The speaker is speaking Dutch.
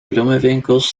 bloemenwinkels